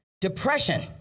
depression